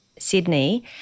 Sydney